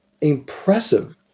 impressive